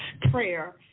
prayer